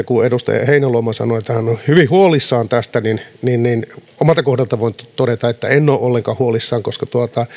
kun edustaja heinäluoma sanoi että hän on hyvin huolissaan tästä niin niin omalta kohdaltani voin vain todeta että en ole ollenkaan huolissani koska